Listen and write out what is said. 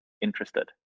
interested